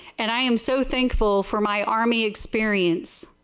and i am so thankful for my army experience,